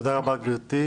תודה רבה גבירתי.